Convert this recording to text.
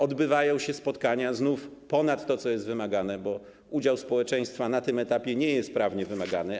Odbywają się spotkania - znów ponad to, co jest wymagane, bo udział społeczeństwa na tym etapie nie jest prawnie wymagany.